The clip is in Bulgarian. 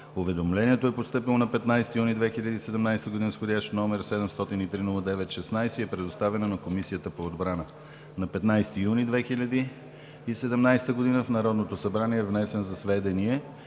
Уведомлението е постъпило на 15 юни 2017 г., с вх. № 703-09-16, и е предоставено на Комисията по отбрана. На 15 юни 2017 г. в Народното събрание е внесен за сведение